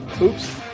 Oops